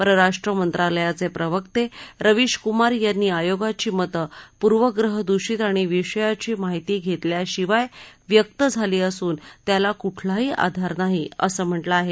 परराष्ट्र मंत्राल्याचे प्रवक्ते रवीश कुमार यांनी आयोगाची मतं पूर्वग्रहद्षीत आणि विषयाची माहिती घेतल्याशिवाय व्यक्त झाली असून त्याला कुठलाही आधार नाही असं म्हटलं आहे